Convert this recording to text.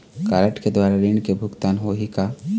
Card के द्वारा ऋण के भुगतान होही का?